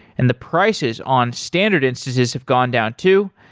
and the prices on standard instances have gone down too.